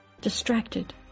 Distracted